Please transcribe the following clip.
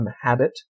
habit